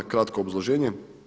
Kratko obrazloženje.